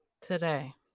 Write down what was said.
today